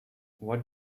what